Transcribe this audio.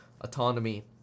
autonomy